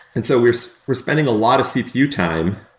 and so we're so we're spending a lot of cpu time.